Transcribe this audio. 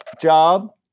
job